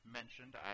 mentioned